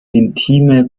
intime